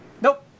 Nope